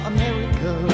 America